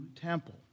temple